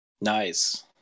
Nice